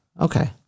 Okay